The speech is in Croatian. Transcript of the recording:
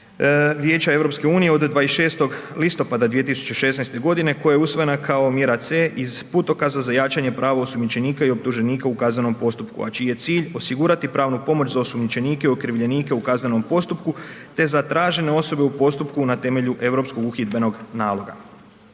Vijeća EU-a od 26. listopada 2016. g. koja je usmjerena kao mjera C iz putokaza za jačanje prava osumnjičenika o optuženika u kaznenom postupku a čiji je cilj osigurati pravnu pomoć za osumnjičenike i okrivljenike u kaznenom postupku te zatražene osobe u postupku na temelju europskog uhidbenog naloga.